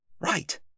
Right